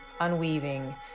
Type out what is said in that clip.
unweaving